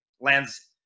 lands